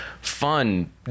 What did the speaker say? fun